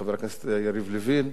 חבר הכנסת יריב לוין,